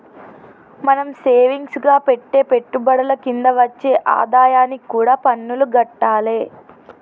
మనం సేవింగ్స్ గా పెట్టే పెట్టుబడుల కింద వచ్చే ఆదాయానికి కూడా పన్నులు గట్టాలే